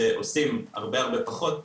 שעושים הרבה הרבה פחות,